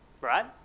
Right